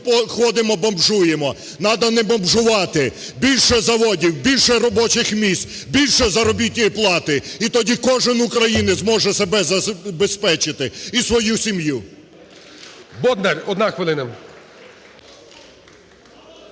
ходимо бомжуємо. Нада не бомжувати: більше заводів, більше робочих місць, більше заробітної плати. І тоді кожен українець зможе себе забезпечити і свою сім'ю. ГОЛОВУЮЧИЙ. Бондар, 1 хвилина.